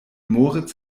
moritz